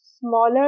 smaller